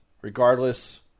regardless